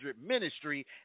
ministry